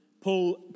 Paul